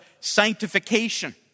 sanctification